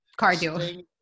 cardio